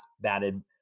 batted